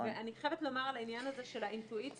ואני חייבת לומר על העניין הזה של האינטואיציה